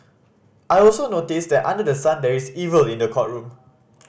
I also noticed that under the sun there is evil in the courtroom